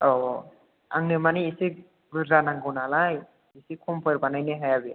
औ औ आंनो मानि एसे बुरजा नांगौ नालाय एसे खमफोर बानायनो हाया बे